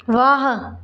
वाह